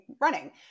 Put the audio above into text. running